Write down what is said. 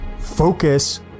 Focus